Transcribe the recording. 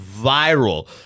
viral